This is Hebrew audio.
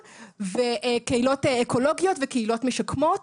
עורכת הדין שנית סוקולובסקי,